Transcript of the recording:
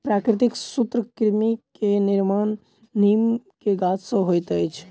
प्राकृतिक सूत्रकृमि के निर्माण नीम के गाछ से होइत अछि